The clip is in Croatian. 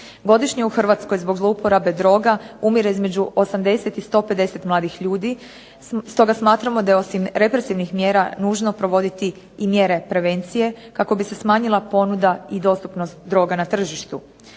Godišnje u Hrvatskoj zbog zlouporabe droga umire između 80 i 150 mladih ljudi stoga smatramo da je osim represivnih mjera nužno provoditi i mjere prevencije kako bi se smanjila ponuda i dostupnost droga na tržištu.